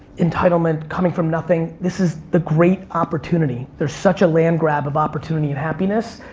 entitlement, coming from nothing. this is the great opportunity. there's such a land grab of opportunity and happiness,